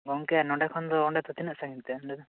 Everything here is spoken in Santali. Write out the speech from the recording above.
ᱜᱚᱝᱠᱮ ᱱᱚᱱᱰᱮ ᱠᱷᱚᱱ ᱫᱚ ᱚᱱᱰᱮ ᱫᱚ ᱛᱤᱱᱟ ᱜ ᱥᱟᱺᱝᱜᱤᱧ ᱛᱮ ᱚᱱᱰᱮ ᱫᱚ